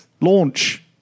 Launch